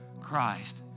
Christ